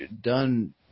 done